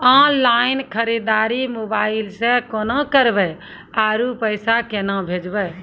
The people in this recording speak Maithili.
ऑनलाइन खरीददारी मोबाइल से केना करबै, आरु पैसा केना भेजबै?